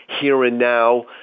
here-and-now